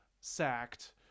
sacked